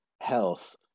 health